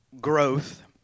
growth